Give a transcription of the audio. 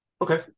Okay